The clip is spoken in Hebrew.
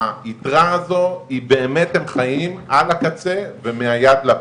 והיתרה הזו היא באמת, הם חיים על הקצה, ומהיד לפה.